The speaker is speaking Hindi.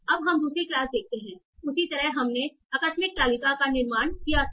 अब हम दूसरी क्लास देखते हैं उसी तरह हमने आकस्मिक तालिका का निर्माण किया था